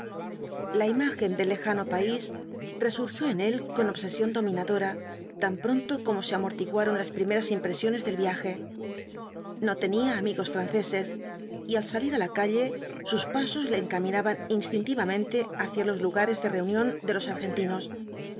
la imagen del lejano país resurgió en él con obeeáión dominadora tan pronto como se amortiguarom las primeras impresiones del viaje no tenía amigos franceses y ai salir á la calle sus pasos le encaminaban instintivamente hacia los lugares de reunión de ios argentinos